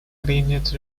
принять